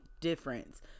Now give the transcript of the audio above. difference